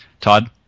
Todd